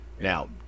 Now